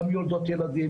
הן גם יולדות ילדים,